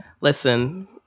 Listen